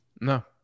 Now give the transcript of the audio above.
No